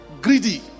greedy